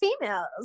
females